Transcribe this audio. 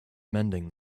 mending